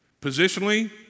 Positionally